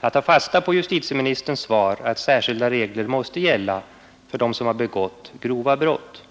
Jag tar fasta på beskedet från justitieministern i hans svar att särskilda regler måste gälla för dem som har begått grova brott.